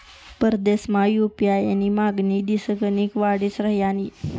परदेसमा यु.पी.आय नी मागणी दिसगणिक वाडी रहायनी